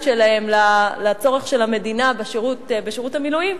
שלהם לצורך של המדינה בשירות המילואים.